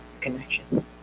connection